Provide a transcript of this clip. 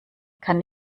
kann